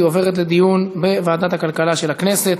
והיא עוברת לדיון בוועדת הכלכלה של הכנסת.